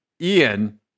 Ian